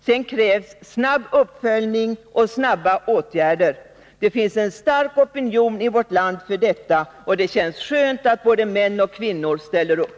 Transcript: Sedan krävs snabb uppföljning och snabba åtgärder. Det finns en stark opinion i vårt land för detta. Och det känns skönt att både män och kvinnor ställer upp.